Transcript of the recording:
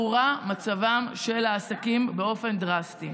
הורע מצבם של העסקים באופן דרסטי.